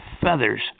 feathers